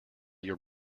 your